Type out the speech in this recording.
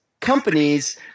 companies